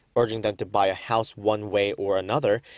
urging them to buy a house one way or another.